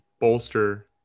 bolster